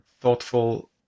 thoughtful